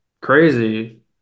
crazy